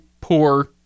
poor